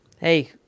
Hey